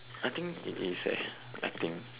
I think it is eh I think